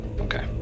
Okay